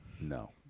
No